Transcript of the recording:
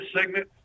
segment